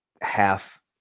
half